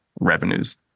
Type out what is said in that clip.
revenues